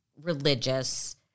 religious